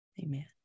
Amen